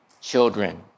children